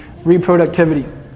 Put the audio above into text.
reproductivity